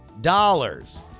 dollars